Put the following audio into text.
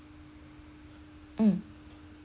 mm